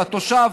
לתושב,